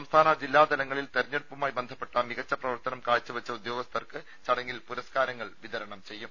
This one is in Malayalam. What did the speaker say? സംസ്ഥാന ജില്ലാതലങ്ങളിൽ തെരഞ്ഞെടുപ്പുമായി ബന്ധപ്പെട്ട മികച്ച പ്രവർത്തനം കാഴ്ചവെച്ച ഉദ്യോഗസ്ഥർക്ക് ചടങ്ങിൽ പുരസ്കാരങ്ങൾ വിതരണം ചെയ്യും